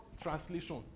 translation